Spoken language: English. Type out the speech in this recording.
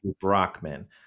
brockman